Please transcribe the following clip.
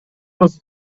was